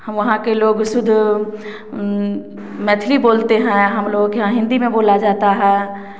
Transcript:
वहाँ के लोग शुद्ध मैथिली बोलते हैं हम लोग के यहाँ हिंदी में बोला जाता है